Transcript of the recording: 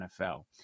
NFL